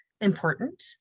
important